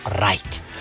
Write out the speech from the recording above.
right